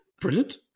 Brilliant